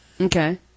okay